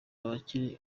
abakiri